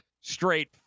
straight